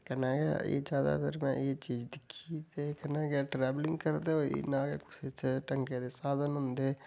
कन्नै गै एह् ज्यादात्तर में एह् चीज दिक्खी ते कन्नै गै ट्रैवलिंग करदे होई ना कुसै च ढंगै दे साधन होंदे